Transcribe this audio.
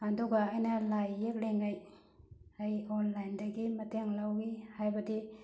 ꯑꯗꯨꯒ ꯑꯩꯅ ꯂꯥꯏ ꯌꯦꯛꯂꯤꯉꯩ ꯑꯩ ꯑꯣꯟꯂꯥꯏꯟꯗꯒꯤ ꯃꯇꯦꯡ ꯂꯧꯏ ꯍꯥꯏꯕꯗꯤ